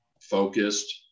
focused